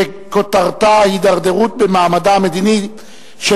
שכותרתה: ההידרדרות במעמדה המדיני של